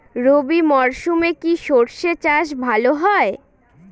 রবি মরশুমে কি সর্ষে চাষ ভালো হয়?